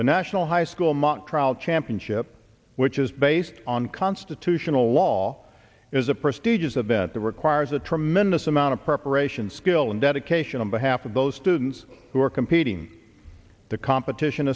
the national high school mock trial championship which is based on constitutional law is a prestigious event that requires a tremendous amount of preparation skill and dedication on behalf of those students who are competing the competition